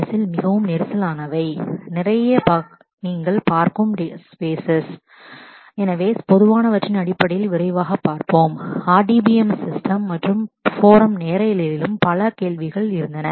S மிகவும் நெரிசலானவை எனவே பொதுவானவற்றின் அடிப்படையில் விரைவாகப் பார்ப்பேன் RDBMS சிஸ்டம் மற்றும் போரம் நேரலையிலும் ஆகியவற்றில் பல கேள்விகள் இருந்தன